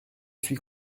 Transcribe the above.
suis